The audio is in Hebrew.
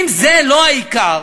אם זה לא העיקר,